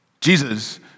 Jesus